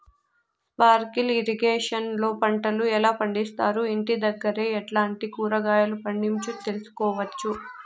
Sprinkle irrigation లో పంటలు ఎలా పండిస్తారు, ఇంటి దగ్గరే ఎట్లాంటి కూరగాయలు పండించు తెలుసుకోవచ్చు?